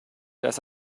das